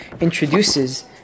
introduces